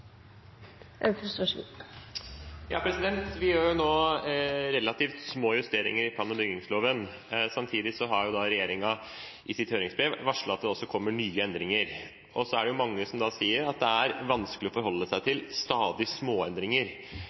bygningsloven. Samtidig har regjeringen i sitt høringsbrev varslet at det også kommer nye endringer. Det er mange som da sier at det er vanskelig å forholde seg til